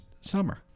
summer